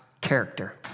character